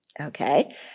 okay